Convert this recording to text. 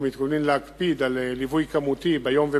ואנחנו מתכוננים להקפיד על ליווי כמותי ביום ובלילה.